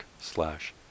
slash